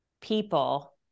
people